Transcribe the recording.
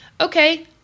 Okay